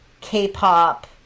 k-pop